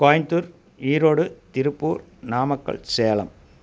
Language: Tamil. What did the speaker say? கோயம்புத்தூர் ஈரோடு திருப்பூர் நாமக்கல் சேலம்